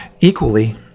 equally